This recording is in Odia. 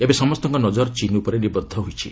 ଏବେ ସମସ୍ତଙ୍କ ନଜର ଚୀନ୍ ଉପରେ ନିବଦ୍ଧ ହୋଇଛି